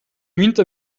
winter